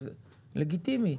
זה לגיטימי.